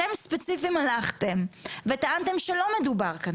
אתם ספציפית הלכתם וטענתם שלא מדובר כאן